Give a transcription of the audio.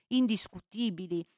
indiscutibili